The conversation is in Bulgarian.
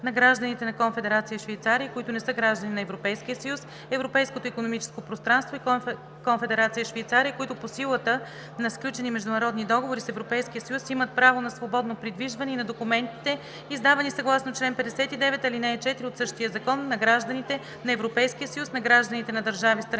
на гражданите на Конфедерация Швейцария, които не са граждани на Европейския съюз, Европейското икономическо пространство и Конфедерация Швейцария, които по силата на сключени международни договори с Европейския съюз имат право на свободно придвижване, и на документите, издавани съгласно чл. 59, ал. 4 от същия закон на гражданите на Европейския съюз, на гражданите на държави – страни